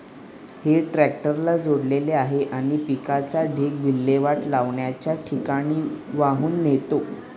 हे ट्रॅक्टरला जोडलेले आहे आणि पिकाचा ढीग विल्हेवाट लावण्याच्या ठिकाणी वाहून नेतो